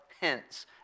hints